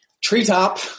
Treetop